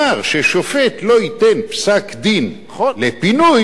שיאמר ששופט לא ייתן פסק-דין לפינוי, נכון.